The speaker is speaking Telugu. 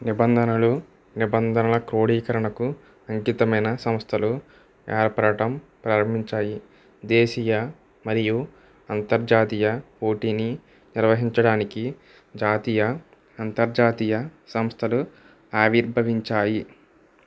నిబంధనలు నిబంధనల క్రోడీకరణకు అంకితమైన సంస్థలు ఏర్పడటం ప్రారంభించాయి దేశీయ మరియు అంతర్జాతీయ పోటీని నిర్వహించడానికి జాతీయ అంతర్జాతీయ సంస్థలు ఆవిర్భవించాయి